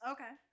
Okay